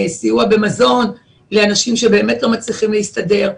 סיוע במזון לאנשים שבאמת לא מצליחים להסתדר.